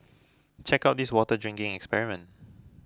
check out this water drinking experiment